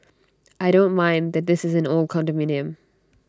I don't mind that this is an old condominium